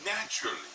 Naturally